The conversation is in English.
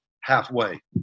halfway